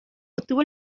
obtuvo